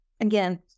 again